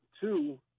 two